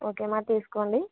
okay మా తీసుకోండి